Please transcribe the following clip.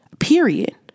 Period